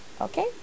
okay